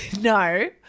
no